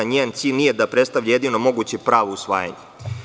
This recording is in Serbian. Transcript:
Njen cilj nije da predstavlja jedino moguće pravo usvajanja.